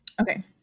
Okay